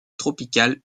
tropical